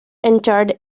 entered